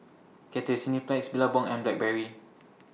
Cathay Cineplex Billabong and Blackberry